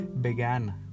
began